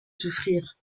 souffrir